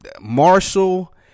Marshall